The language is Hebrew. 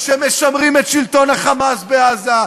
שמשמרים את שלטון ה"חמאס" בעזה,